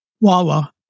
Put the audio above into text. Wawa